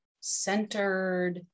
centered